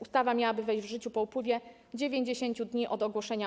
Ustawa miałaby wejść w życie po upływie 90 dni od jej ogłoszenia.